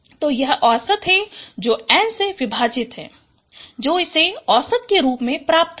तो यह औसत है जो N से विभाजित है जो इसे औसत के रूप में प्राप्त होगा